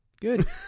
good